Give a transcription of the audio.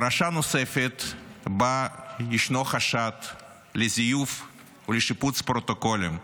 בפרשה נוספת ישנו חשד לזיוף ולשיפוץ פרוטוקולים,